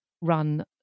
run